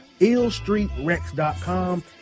IllStreetRex.com